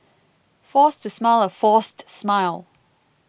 force to smile a forced smile